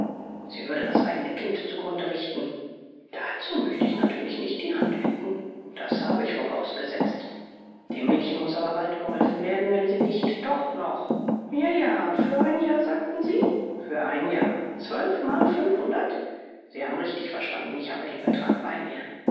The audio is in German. sie würde das eigene kind zugrunde richten dazu möchte ich natürlich nicht die hand bieten das habe ich vorausgesetzt dem mädchen muß aber bald geholfen werden wenn sie nicht doch noch ja ja für ein jahr sagten sie für ein jahr zwölfmal fünfhundert sie haben richtig verstanden ich habe den betrag bei mir